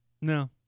No